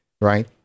right